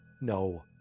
no